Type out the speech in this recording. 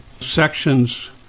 sections